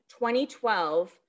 2012